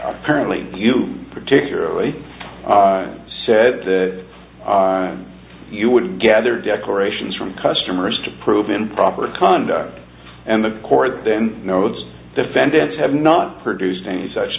pparently you particularly said you would gather declarations from customers to prove improper conduct and the court then notes defendants have not produced any such